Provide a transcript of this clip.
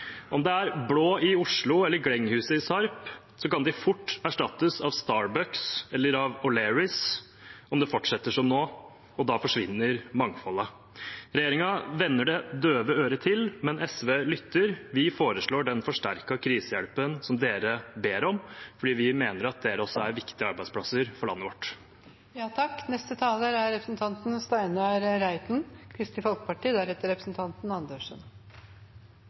Om det er Blå i Oslo eller Glenghuset i Sarpsborg, kan de fort erstattes av Starbucks eller O’Learys om det fortsetter som nå, og da forsvinner mangfoldet. Regjeringen vender det døve øret til, men SV lytter. Vi foreslår den forsterkede krisehjelpen de ber om, fordi vi mener at det også er viktige arbeidsplasser for landet vårt.